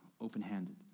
Open-handed